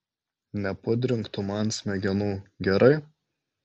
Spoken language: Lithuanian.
nepudrink tu man smegenų gerai